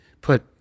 put